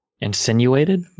insinuated